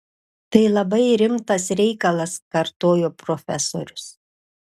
tai labai rimtas reikalas kartojo profesorius